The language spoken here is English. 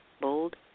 bold